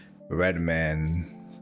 Redman